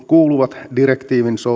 kuuluvat direktiivin